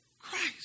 Christ